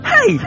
Hey